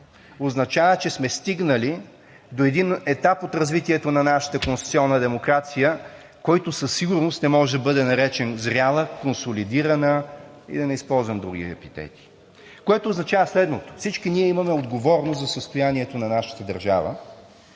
Означава, че сме стигнали до един етап от развитието на нашата конституционна демокрация, който със сигурност не може да бъде наречен зрял, консолидиран и да не използвам други епитети, което означава следното: всички ние имаме отговорност за състоянието на нашата държава